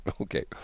okay